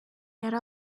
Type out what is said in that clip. yari